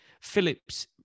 Phillips